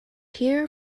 here